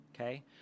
Okay